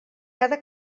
cada